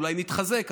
אולי נתחזק,